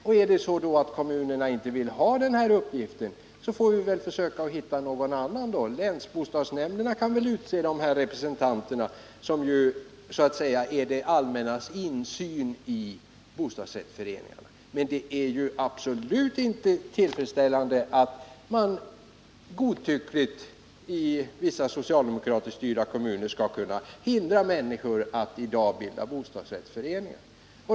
Om kommunerna inte vill ha den här uppgiften, så får vi väl försöka hitta någon annan. Länsbostadsnämnderna kan väl utse de representanter som så att säga är det allmännas insyn i bostadsrättsföreningarna. Men det är absolut inte tillfredsställande att man i dag i vissa socialdemokratiskt styrda kommuner godtyckligt skall kunna hindra människor att bilda bostadsrättsföreningar.